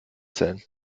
zählen